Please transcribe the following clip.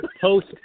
Post